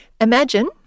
imagine